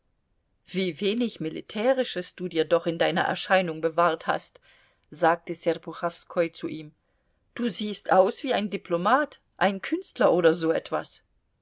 wie wenig militärisches du dir doch in deiner erscheinung bewahrt hast sagte serpuchowskoi zu ihm du siehst aus wie ein diplomat ein künstler oder so etwas